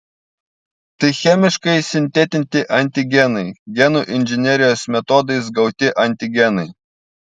tai chemiškai sintetinti antigenai genų inžinerijos metodais gauti antigenai